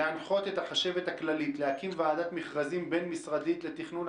"להנחות את החשבת הכללית להקים ועדת מכרזים בין משרדית לתכנון,